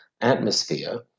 atmosphere